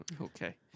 Okay